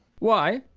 why,